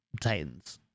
Titans